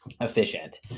Efficient